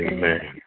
Amen